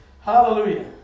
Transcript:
Hallelujah